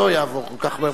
לא יעבור כל כך מהר.